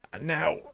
Now